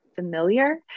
Familiar